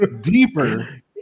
Deeper